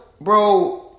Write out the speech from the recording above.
Bro